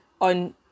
on